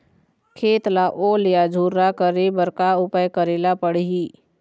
खेत ला ओल या झुरा करे बर का उपाय करेला पड़ही?